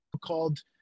called